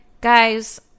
Guys